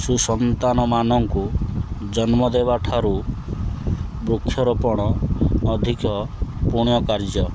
ସୁସନ୍ତାନମାନଙ୍କୁ ଜନ୍ମ ଦେବା ଠାରୁ ବୃକ୍ଷରୋପଣ ଅଧିକ ପୁଣ୍ୟ କାର୍ଯ୍ୟ